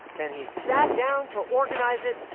then he sat down to organise it,